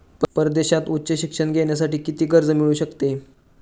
परदेशात उच्च शिक्षण घेण्यासाठी किती कर्ज मिळू शकते?